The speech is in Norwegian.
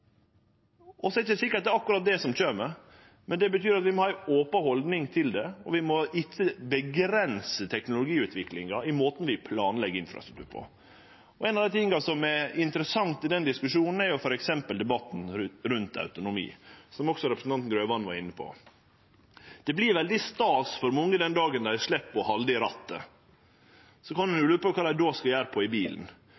kome. Så er det ikkje sikkert at det er akkurat det som kjem, men det betyr at vi må ha ei open haldning til det, og vi må ikkje avgrense teknologiutviklinga i måten vi planlegg infrastruktur på. Ein av dei tinga som er interessant i denne diskusjonen, er f.eks. debatten rundt autonomi, som også representanten Grøvan var inne på. Det vert veldig stas for mange den dagen dei slepp å halde i rattet. Så kan ein